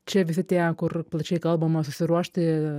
čia visi tie kur plačiai kalbama susiruošti